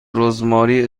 رزماری